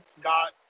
got